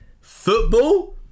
Football